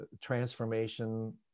transformation